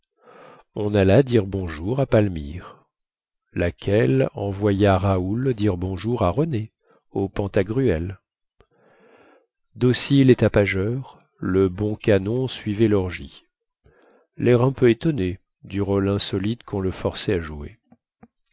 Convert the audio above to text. on alla dire bonjour à palmyre laquelle envoya raoul dire bonjour à renée au pantagruel docile et tapageur le bon canon suivait lorgie lair un peu étonné du rôle insolite quon le forçait à jouer